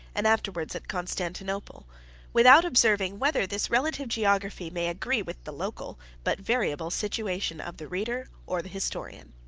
and afterwards at constantinople without observing whether this relative geography may agree with the local, but variable, situation of the reader, or the historian.